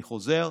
אני חוזר: